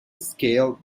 scaled